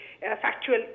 factual